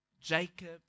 Jacob